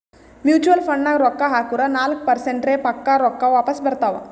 mutual ಫಂಡ್ನಾಗ್ ರೊಕ್ಕಾ ಹಾಕುರ್ ನಾಲ್ಕ ಪರ್ಸೆಂಟ್ರೆ ಪಕ್ಕಾ ರೊಕ್ಕಾ ವಾಪಸ್ ಬರ್ತಾವ್